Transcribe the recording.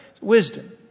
wisdom